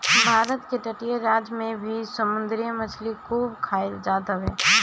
भारत के तटीय राज में भी समुंदरी मछरी खूब खाईल जात हवे